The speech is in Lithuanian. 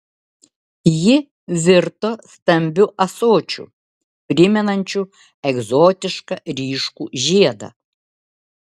ji virto stambiu ąsočiu primenančiu egzotišką ryškų žiedą